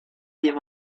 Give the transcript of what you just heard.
dim